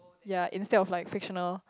ya instead of like fictional